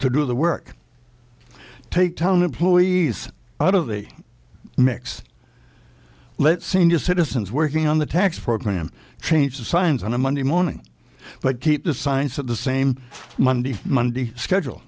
to do the work take telling employees out of the mix let senior citizens working on the tax program change the signs on a monday morning but keep the signs at the same monday monday schedule